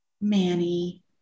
Manny